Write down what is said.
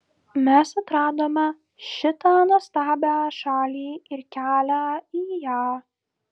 mes atradome šitą nuostabią šalį ir kelią į ją